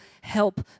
help